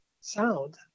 Sound